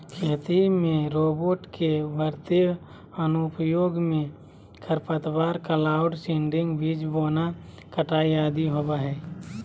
खेती में रोबोट के उभरते अनुप्रयोग मे खरपतवार, क्लाउड सीडिंग, बीज बोना, कटाई आदि होवई हई